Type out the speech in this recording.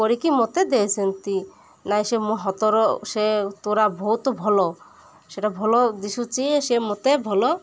କରିକି ମୋତେ ଦେଇଛନ୍ତି ନାହିଁ ସେ ମୋ ହାତର ସେ ତୋଡ଼ା ବହୁତ ଭଲ ସେଟା ଭଲ ଦିଶୁଛି ସିଏ ମୋତେ ଭଲ